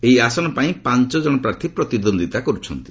ଏହି ଆସନ ପାଇଁ ପାଞ୍ଚ ଜଣ ପ୍ରାର୍ଥୀ ପ୍ରତିଦ୍ୱନ୍ଦୀତା କରୁଛନ୍ତି